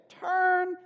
Turn